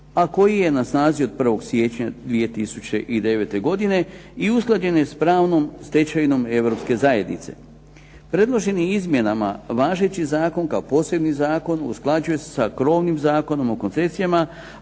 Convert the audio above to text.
a koji je na snazi od 1. siječnja 2009. godine i usklađena je s pravnom stečevinom Europske zajednice. Predloženim izmjenama važeći Zakon kao posebni Zakon usklađuje se sa krovnim Zakonom o koncesijama